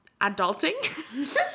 adulting